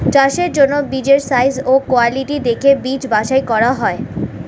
চাষের জন্য বীজের সাইজ ও কোয়ালিটি দেখে বীজ বাছাই করা হয়